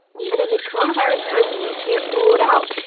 even amid coronavirus times we can't rule it out.